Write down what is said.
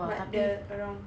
but the around